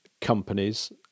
companies